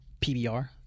PBR